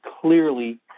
clearly